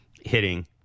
hitting